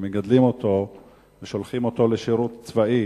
שמגדלים אותו ושולחים אותו לשירות צבאי,